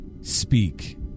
speak